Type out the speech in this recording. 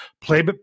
play